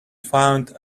found